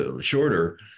shorter